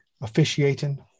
officiating